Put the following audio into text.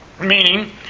Meaning